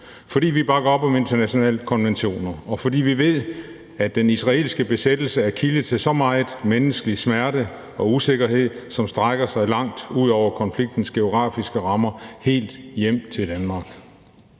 fordi vi bakker op om internationale konventioner, og fordi vi ved, at den israelske besættelse er kilde til så meget menneskelig smerte og usikkerhed, som strækker sig langt ud over konfliktens geografiske rammer og helt hjem til Danmark.